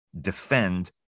defend